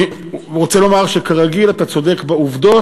אני רוצה לומר שכרגיל אתה צודק בעובדות